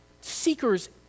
seekers